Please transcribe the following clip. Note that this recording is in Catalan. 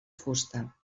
fusta